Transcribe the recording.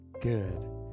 good